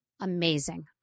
amazing